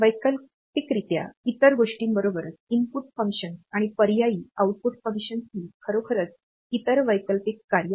वैकल्पिकरित्या इतर गोष्टींबरोबरच इनपुट फंक्शन्स आणि पर्यायी आउटपुट फंक्शन्स ही खरोखरच इतर वैकल्पिक कार्ये आहेत